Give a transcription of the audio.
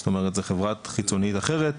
זאת אומרת זו חברה חיצונית אחרת.